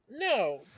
No